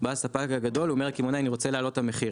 בא הספק הגדול אומר לקמעונאי אני רוצה להעלות את המחיר.